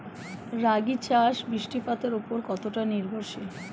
রাগী চাষ বৃষ্টিপাতের ওপর কতটা নির্ভরশীল?